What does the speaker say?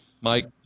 Mike